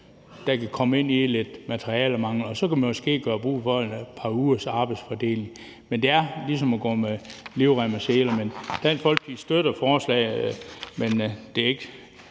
der kan komme ind i lidt materialemangel, og så kan man måske have brug for et par ugers arbejdsfordeling. Men det er ligesom at gå med livrem og seler. Dansk Folkeparti støtter forslaget, men det er ikke